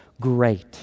great